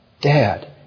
Dad